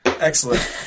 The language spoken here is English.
Excellent